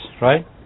right